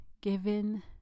given